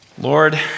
Lord